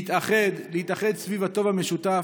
להתאחד סביב הטוב המשותף.